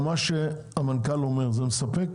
מה שהמנכ"ל אומר זה מספק